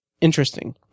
interesting